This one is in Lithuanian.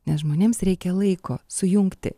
nes žmonėms reikia laiko sujungti